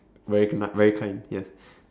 very very kind yes